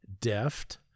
deft